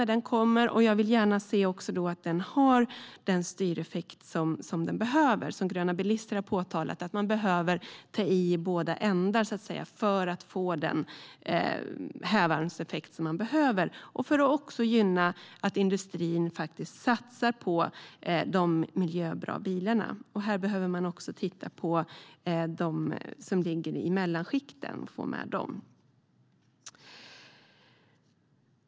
När den kommer vill jag gärna se att den har den styreffekt som den behöver ha. Gröna Bilister har påpekat att man behöver ta i så att säga i båda ändar för att få den hävarmseffekt som behövs och även för att gynna att industrin faktiskt satsar på de miljöbra bilarna. Här behöver man också titta på de bilar som ligger i mellanskikten och få med dem.